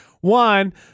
One